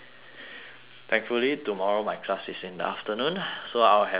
thankfully tomorrow my class is in the afternoon so I'll have some time